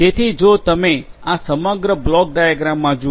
તેથી જો તમે આ સમગ્ર બ્લોક ડાયાગ્રામ જુઓ